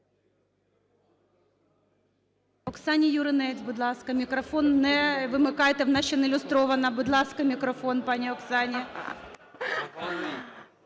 Дякую